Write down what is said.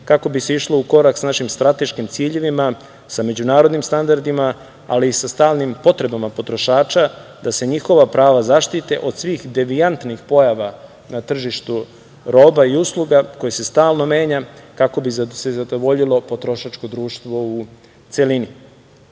kako bi se išlo u korak sa našim strateškim ciljevima, sa međunarodnim standardima, ali i sa stalnim potrebama potrošača da se njihova prava zaštite od svih devijantnih pojava na tržištu roba i usluga koje se stalno menja kako bi se zadovoljilo potrošačko društvo u celini,